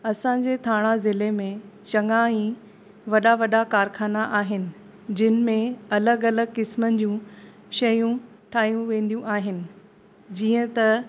असांजे ठाणा ज़िले में चंङा ई वॾा वॾा कारख़ाना आहिनि जिन में अलॻि अलॻि क़िस्मनि जूं शयूं ठाहियूं वेंदियूं आहिनि जीअं त